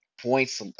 points